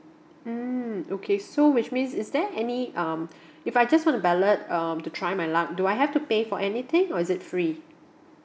mm okay so which means is there any um if I just wanna ballot um to try my luck do I have to pay for anything or is it free